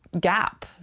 gap